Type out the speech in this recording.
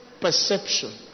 perception